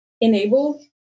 enable